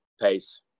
pace